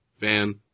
Van